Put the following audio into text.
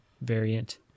variant